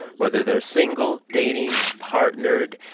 whether they're single, dating, partnered,